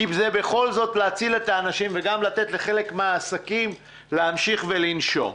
כי זה בכל זאת להציל את האנשים וגם לתת לחלק מהעסקים להמשיך ולנשום.